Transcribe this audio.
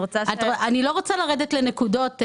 אני לא רוצה לרדת לנקודות.